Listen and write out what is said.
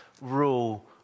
rule